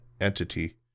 entity